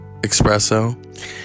espresso